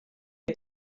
die